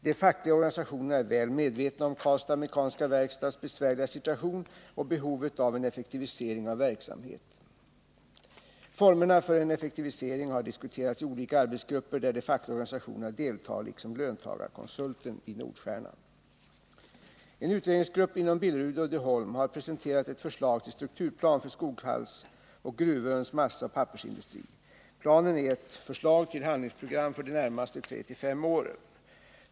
De fackliga organisationerna är väl medvetna om Karlstads Mekaniska Werkstads besvärliga situation och behovet av en effektivisering av verksamheten. Formerna för en effektivisering har diskuterats i olika arbetsgrupper där de fackliga organisationerna deltar, liksom löntagarkonsulten i Nordstjernan. En utredningsgrupp inom Billerud-Uddeholm har presenterat ett förslag till strukturplan för Skoghalls och Gruvöns massaoch pappersindustri. Planen är ett förslag till handlingsprogram för de närmaste tre till fem åren.